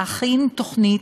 להכין תוכנית,